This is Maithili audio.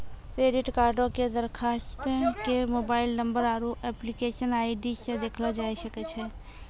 क्रेडिट कार्डो के दरखास्त के मोबाइल नंबर आरु एप्लीकेशन आई.डी से देखलो जाय सकै छै